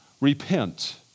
Repent